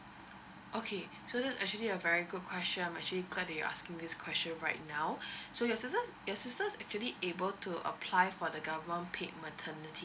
okay so this actually a very good question I'm actually glad that you are asking this question right now so your sister your sisters actually able to apply for the government paid maternity